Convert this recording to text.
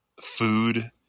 food